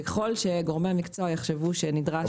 וככל שגורמי מקצוע יחשבו שנדרש שינוי-